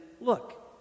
look